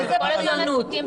איזה בריונות?